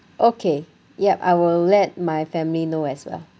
okay yup I will let my family know as well